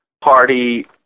party